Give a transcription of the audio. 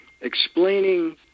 explaining